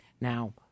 Now